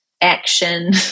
action